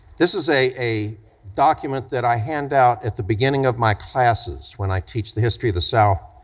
this is a a document that i hand out at the beginning of my classes when i teach the history of the south,